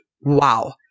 wow